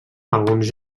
alguns